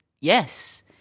yes